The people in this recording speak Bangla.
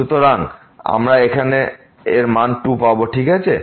সুতরাং আমরা এখানে মান 2 পাবো ঠিক আছে